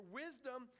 wisdom